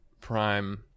prime